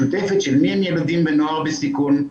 משותפת מי הם ילדים ונוער בסיכון.